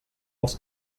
els